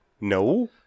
no